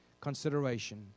consideration